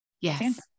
Yes